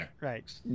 right